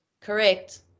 Correct